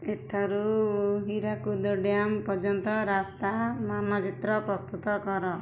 ଏଠାରୁ ହୀରାକୁଦ ଡ୍ୟାମ୍ ପର୍ଯ୍ୟନ୍ତ ରାସ୍ତା ମାନଚିତ୍ର ପ୍ରସ୍ତୁତ କର